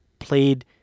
played